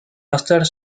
installe